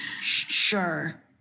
sure